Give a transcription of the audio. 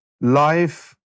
life